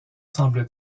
semble